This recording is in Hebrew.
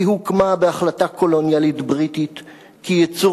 היא הוקמה בהחלטה קולוניאלית בריטית כיצור